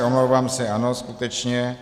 Omlouvám se, ano, skutečně.